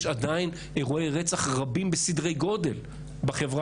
יש עדיין אירועי רצח רבים בסדרי גודל בחברה